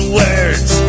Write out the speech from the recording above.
words